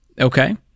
Okay